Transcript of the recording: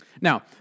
Now